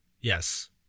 Yes